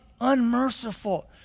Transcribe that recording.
unmerciful